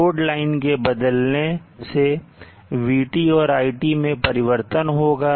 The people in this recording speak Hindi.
लोड लाइन के बदलने से vT और iT मैं परिवर्तन होगा